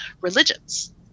religions